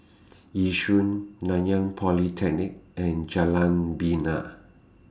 Yishun Nanyang Polytechnic and Jalan Bena